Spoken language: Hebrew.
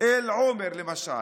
אל עומר, למשל.